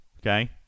Okay